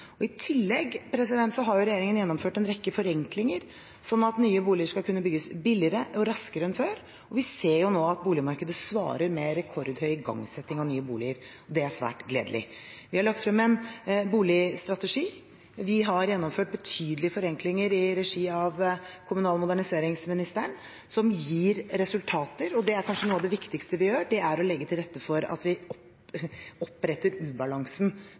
I tillegg har regjeringen gjennomført en rekke forenklinger, sånn at nye boliger skal kunne bygges billigere og raskere enn før, og vi ser nå at boligmarkedet svarer med rekordhøy igangsetting av nye boliger. Det er svært gledelig. Vi har lagt frem en boligstrategi, og vi har gjennomført betydelige forenklinger i regi av kommunal- og moderniseringsministeren, som gir resultater, og kanskje noe av det viktigste vi gjør, er å legge til rette for at vi retter opp ubalansen